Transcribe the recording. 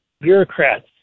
bureaucrats